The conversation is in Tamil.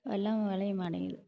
வெள்ளாமை விளைய மாட்டேங்குது